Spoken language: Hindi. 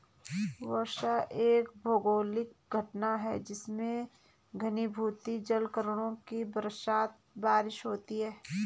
वर्षा एक भौगोलिक घटना है जिसमें घनीभूत जलकणों की बारिश होती है